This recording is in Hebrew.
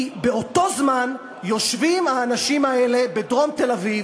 כי באותו זמן יושבים האנשים האלה בדרום תל-אביב,